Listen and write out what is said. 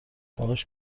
باهاش